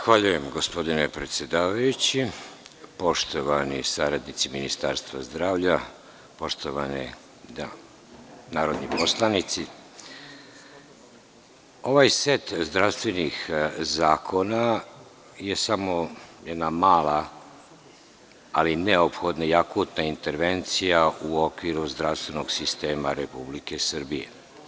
Poštovani predsedavajući, poštovani saradnici Ministarstva zdravlja, poštovane dame i gospodo narodni poslanici, ovaj set zdravstvenih zakona je samo jedna mala, ali neophodna i akutna intervencija u okviru zdravstvenog sistema Republike Srbije.